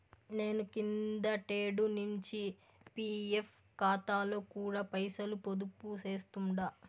నేను కిందటేడు నించి పీఎఫ్ కాతాలో కూడా పైసలు పొదుపు చేస్తుండా